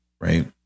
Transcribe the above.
Right